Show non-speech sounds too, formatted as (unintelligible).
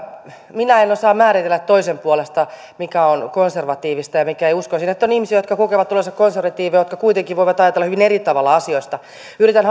minä en osaa määritellä toisen puolesta mikä on konservatiivista ja mikä ei uskoisin että on ihmisiä jotka kokevat olevansa konservatiivisia ja jotka kuitenkin voivat ajatella hyvin eri tavalla asioista yritän (unintelligible)